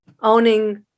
owning